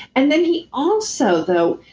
and then he. also though,